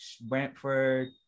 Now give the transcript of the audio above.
Brentford